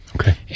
Okay